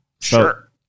Sure